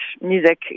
music